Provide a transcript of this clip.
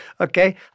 Okay